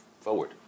forward